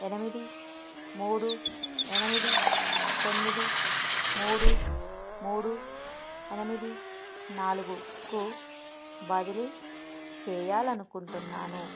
ఎనిమిది మూడు ఎనిమిది తొమ్మిది మూడు మూడు ఎనిమిది నాలుగుకు బదిలీ చేయాలి అనుకుంటున్నాను